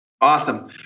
Awesome